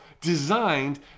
designed